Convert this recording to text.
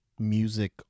music